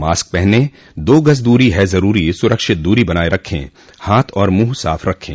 mask पहनें दो गज़ दूरी है ज़रूरी सुरक्षित दूरी बनाए रखें हाथ और मुंह साफ़ रखें